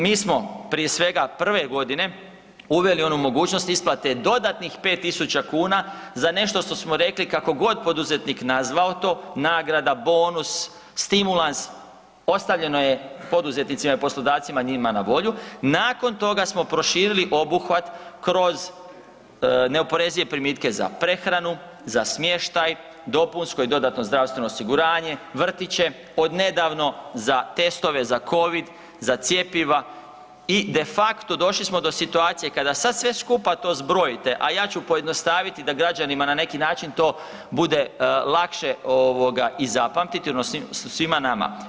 Mi smo prije svega prve godine uveli onu mogućnost isplate dodatnih 5.000 kuna za nešto što smo rekli kako god poduzetnik nazvao to, nagrada, bonus, stimulans, ostavljeno je poduzetnicima i poslodavcima njima na volju, nakon toga smo proširili obuhvat kroz neoporezive primitke za prehranu, za smještaj, dopunsko i dodatno zdravstveno osiguranje, vrtiće, odnedavno za testove za covid, za cjepiva i de facto došli smo do situacije kada sad sve skupa to zbrojite, a ja ću pojednostaviti da građanima na neki način to bude lakše ovoga i zapamtiti odnosno svima nama.